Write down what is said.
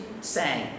sang